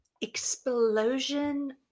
explosion